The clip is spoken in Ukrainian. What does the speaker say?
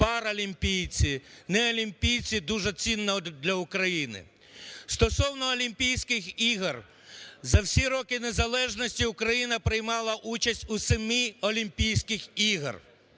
паралімпійці, неолімпійці дуже цінна для України. Стосовно Олімпійських ігор за всі роки незалежності Україна приймала участь у 7 Олімпійських іграх